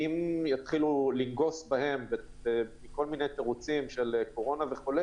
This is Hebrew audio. ואם יתחילו לנגוס בהן בכל מיני תירוצים של קורונה וכו',